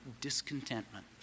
discontentment